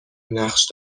نقش